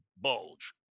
bulge